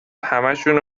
همشونو